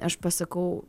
aš pasakau